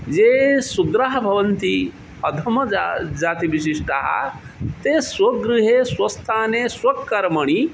ये सुग्राः भवन्ति अधमजाः जातिविशिष्टाः ते स्वगृहे स्वस्थाने स्वकर्मणि